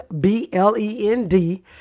B-L-E-N-D